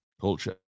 culture